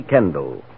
Kendall